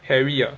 harry ah